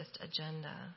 agenda